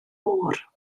môr